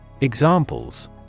Examples